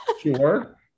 Sure